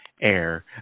AIR